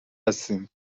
هستیم